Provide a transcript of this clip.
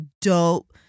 dope